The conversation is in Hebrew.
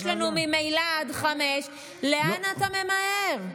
יש לנו ממילא עד 17:00. לאן אתה ממהר?